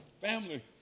family